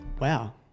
Wow